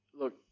Look